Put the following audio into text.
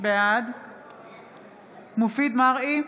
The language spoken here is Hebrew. בעד מופיד מרעי,